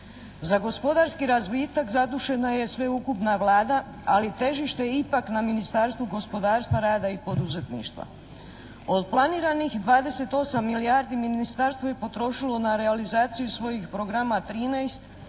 Za gospodarski razvitak zadužena je sveukupna Vlada, ali težište je ipak na Ministarstvu gospodarstva, rada i poduzetništva. Od planiranih 28 milijardi Ministarstvo je potrošilo na realizaciju svojih programa 13